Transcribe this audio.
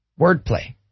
Wordplay